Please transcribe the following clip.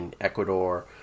Ecuador